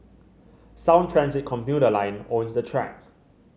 sound Transit commuter line owns the track